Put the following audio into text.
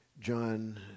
John